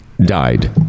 Died